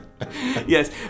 Yes